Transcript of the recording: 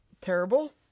terrible